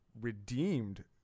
redeemed